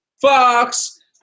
Fox